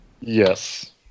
yes